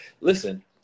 listen